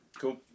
Cool